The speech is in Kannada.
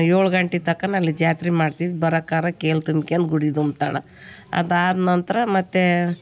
ಏಳ್ ಗಂಟೆತಕ್ಕನ ಅಲ್ಲಿ ಜಾತ್ರೆ ಮಾಡ್ತೀವಿ ಬರೋಕಾರ ಕೇಲು ತುಂಬಿಕ್ಯಂಡು ಗುಡಿ ತುಂಬ್ತಾಳೆ ಅದಾದ ನಂತರ ಮತ್ತು